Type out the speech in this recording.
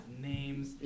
names